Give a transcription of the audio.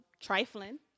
trifling